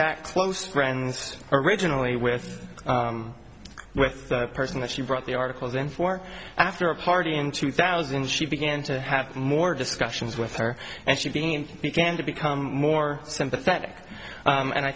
that close friends originally with with the person that she brought the articles in for after a party in two thousand she began to have more discussions with her and she being began to become more sympathetic and i